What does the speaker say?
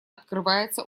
открывается